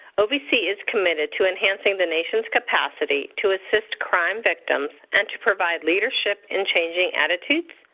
ovc is committed to enhancing the nation's capacity to assist crime victims and to provide leadership in changing attitudes,